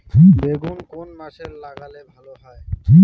বেগুন কোন মাসে লাগালে ভালো হয়?